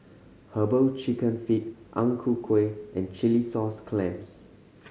Herbal Chicken Feet Ang Ku Kueh and chilli sauce clams